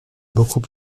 beaucoup